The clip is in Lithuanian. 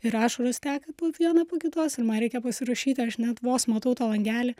ir ašaros teka po vieną po kitos ir man reikia pasirašyti aš net vos matau tą langelį